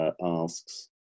asks